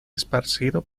esparcido